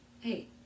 Hey